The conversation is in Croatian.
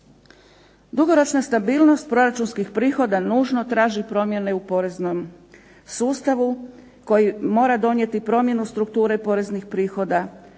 Dugoročna stabilnost proračunskih prihoda nužno traži promjene u poreznom sustavu koji mora donijeti promjenu strukture poreznih prihoda,